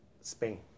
Spain